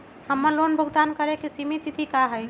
हमर लोन भुगतान करे के सिमित तिथि का हई?